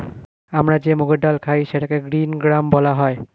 আমরা যে মুগের ডাল খাই সেটাকে গ্রীন গ্রাম বলা হয়